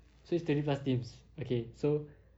so is twenty plus teams okay so